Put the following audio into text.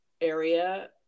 area